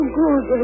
good